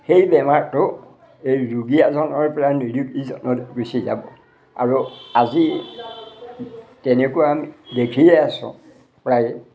সেই বেমাৰটো এই ৰোগী এজনৰ পৰা নিৰোগীজনলৈ গুচি যাব আৰু আজি তেনেকুৱা আমি দেখিয়ে আছোঁ প্ৰায়ে